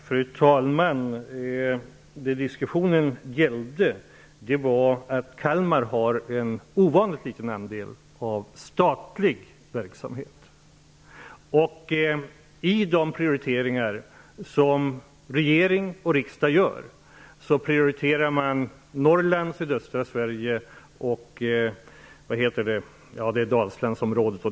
Fru talman! Vad diskussionen gällde var att Kalmar har en ovanligt liten andel statlig verksamhet. I de prioriteringar som regering och riksdag gör framhålls Norrland, sydöstra Sverige och Dalslandsområdet.